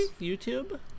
YouTube